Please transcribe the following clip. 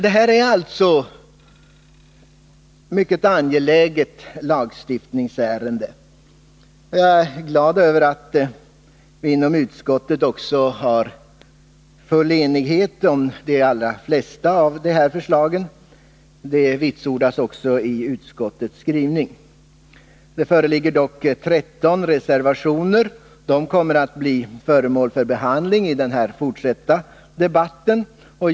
Det här är alltså ett mycket angeläget lagstiftningsärende. Jag är glad över att det inom utskottet råder full enighet om de allra flesta av förslagen, och det vitsordas också i utskottets skrivning. Det föreligger dock 13 reservationer, och de kommer att bli föremål för behandling i den fortsatta debatten.